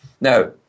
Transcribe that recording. now